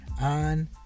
on